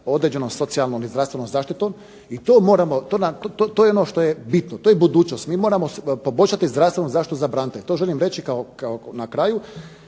određenom socijalnom i zdravstvenom zaštitom, i to moramo, to je ono što je bitno, to je budućnost. Mi moramo poboljšati zdravstvenu zaštitu za branitelje. To želim reći kao, na kraju